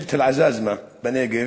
משבט אל-עזאזמה בנגב,